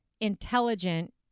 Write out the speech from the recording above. intelligent